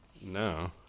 No